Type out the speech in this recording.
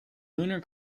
lunar